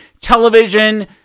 television